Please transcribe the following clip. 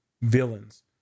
villains